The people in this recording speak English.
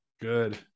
Good